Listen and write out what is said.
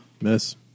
Miss